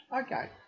Okay